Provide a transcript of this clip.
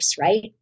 right